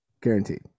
Guaranteed